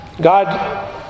God